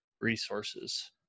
resources